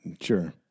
Sure